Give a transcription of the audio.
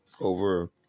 over